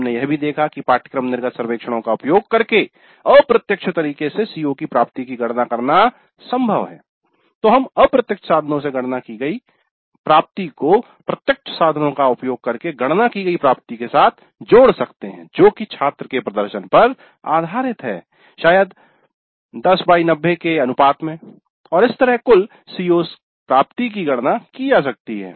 हमने यह भी देखा कि पाठ्यक्रम निर्गत सर्वेक्षणों का उपयोग करके अप्रत्यक्ष तरीके से CO की प्राप्ति की गणना करना संभव है तो हम अप्रत्यक्ष साधनों से गणना की गई प्राप्ति को प्रत्यक्ष साधनों का उपयोग करके गणना की गई प्राप्ति के साथ जोड़ सकते हैं जो कि छात्र के प्रदर्शन पर आधारित है शायद 1090 के अनुपात में और इस तरह कुल "CO's प्राप्ति" की गणना की जा सकती है